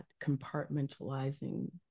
compartmentalizing